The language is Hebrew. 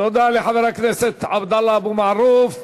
תודה לחבר הכנסת עבדאללה אבו מערוף.